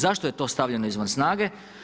Zašto je to stavljeno izvan snage?